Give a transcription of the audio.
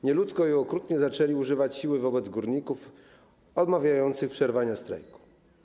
Nieludzko i okrutnie zaczęli używać siły wobec górników odmawiających przerwania strajku.